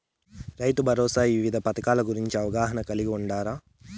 రైతుభరోసా వివిధ పథకాల గురించి అవగాహన కలిగి వుండారా?